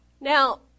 Now